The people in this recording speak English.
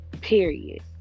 Period